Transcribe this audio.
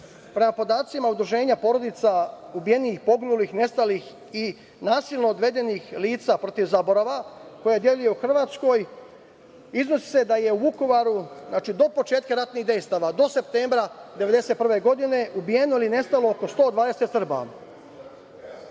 podacima Udruženja porodica ubijenih, poginulih i nestalih i nasilno odvedenih lica „Protiv zaborava“ koje deluje u Hrvatskoj iznosi se da je u Vukovaru do početka ratnih dejstava, do septembra 1991. godine ubijeno ili nestalo oko 120 Srba.